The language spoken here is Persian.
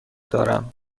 دارم